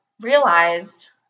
realized